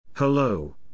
Hello